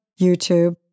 YouTube